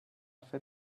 fer